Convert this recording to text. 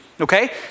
okay